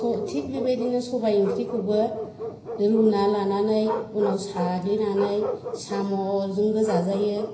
स थिग बेबादिनो सबाइ ओंख्रिखौबो रुना लानानै उनाव साग्लिनानै साम'जोंबो जाजायो